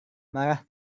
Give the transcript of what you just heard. marah